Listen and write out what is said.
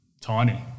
tiny